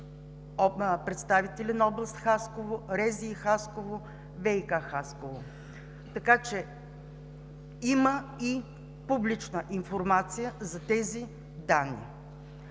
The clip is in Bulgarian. представители на област Хасково, РЗИ – Хасково, ВиК – Хасково. Така че има и публична информация за тези данни.